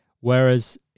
Whereas